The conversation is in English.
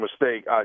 mistake